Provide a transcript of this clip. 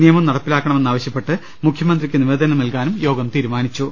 നിയമം നടപ്പി ലാക്കണമെന്നാവശ്യപ്പെട്ട് മുഖ്യമന്ത്രിക്ക് നിവേദനം നൽകാനും യോഗം തീരുമാനിച്ചു